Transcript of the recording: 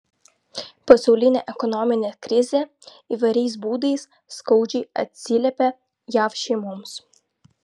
pasaulinė ekonominė krizė įvairiais būdais skaudžiai atsiliepia jav šeimoms